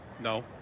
No